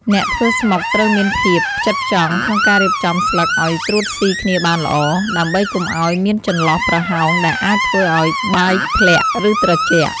អ្នកធ្វើស្មុកត្រូវមានភាព ផ្ចិតផ្ចង់ ក្នុងការរៀបចំស្លឹកឲ្យត្រួតស៊ីគ្នាបានល្អ ដើម្បីកុំឲ្យមានចន្លោះប្រហោងដែលអាចធ្វើឲ្យបាយធ្លាក់ ឬត្រជាក់។